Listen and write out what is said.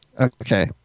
okay